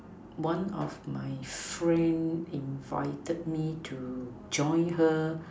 one of my friend invited me to join her